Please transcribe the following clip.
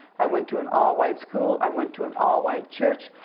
i went to an all white school, i went to an all white church,